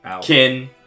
Kin